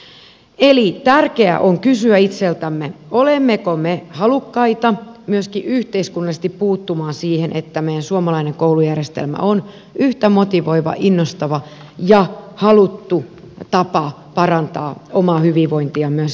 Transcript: eli tärkeää on kysyä itseltämme olemmeko me halukkaita myöskin yhteiskunnallisesti puuttumaan siihen että meidän suomalainen koulujärjestelmä on yhtä motivoiva innostava ja haluttu tapa parantaa omaa hyvinvointiamme myös jatkossa